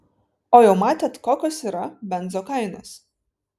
o jau matėt kokios yra benzo kainos